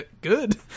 good